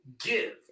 give